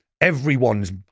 everyone's